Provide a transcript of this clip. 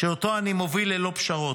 שאותה אני מוביל ללא פשרות.